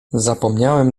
zapomniałem